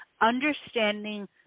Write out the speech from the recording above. understanding